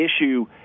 issue